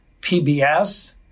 PBS